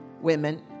women